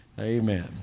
Amen